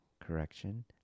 correction